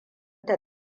ta